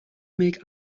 make